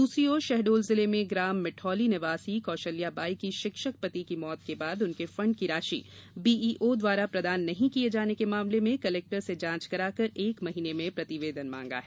दूसरी ओर शहडोल जिले में ग्राम मिठौली निवास कौशल्या बाई की शिक्षक पति की मौत के बाद उनके फंड की राशि बीईओ द्वारा प्रदान नहीं किये जाने के मामले में कलेक्टर से जांच कराकर एक माह में प्रतिवेदन मांगा है